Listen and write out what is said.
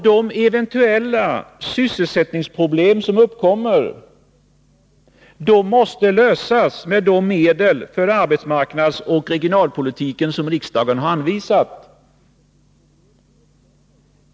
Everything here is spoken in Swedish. De eventuella sysselsättningsproblem som uppkommer måste lösas med hjälp av de medel för arbetsmarknadsoch regionalpolitiken som riksdagen har anvisat.